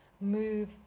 move